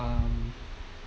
um